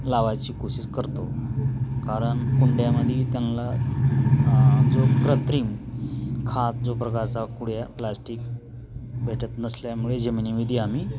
लावायची कोशीश करतो कारण कुंड्यामध्ये त्यांना जो कृत्रिम खात जो प्रकारचा कुंड्या प्लास्टिक भेटत नसल्यामुळे जमिनीमध्ये आम्ही